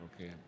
Okay